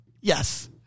Yes